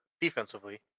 defensively